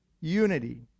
unity